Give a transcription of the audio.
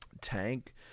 Tank